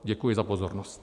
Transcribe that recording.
Děkuji za pozornost.